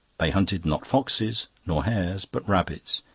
they hunted not foxes nor hares, but rabbits,